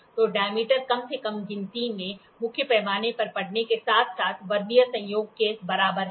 तो डायमीटर कम से कम गिनती में मुख्य पैमाने पर पढ़ने के साथ साथ वर्नियर संयोग के बराबर है